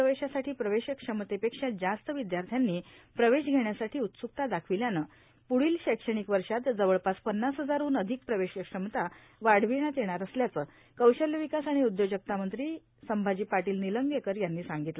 प्रवेशासाठी प्रवेशक्षमतेपेक्षा जास्त विदयार्थ्यानी प्रवेश घेण्यासाठी उत्सुकता दाखविल्यानं पुढील शैक्षणिक वर्षात जवळपास पन्नास हजारहन अधिक प्रवेशक्षमता वाढविण्यात येणार असल्याचं कौशल्य विकास आणि उदयोजकता मंत्री संभाजी पाटील निलंगेकर यांनी सांगितलं